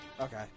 Okay